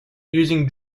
using